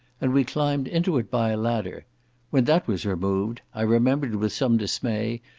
and we climbed into it by a ladder when that was removed i remembered, with some dismay,